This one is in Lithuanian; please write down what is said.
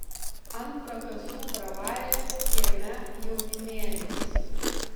ant prakasų pravarė kieme jaunimėlis